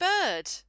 Bird